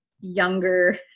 younger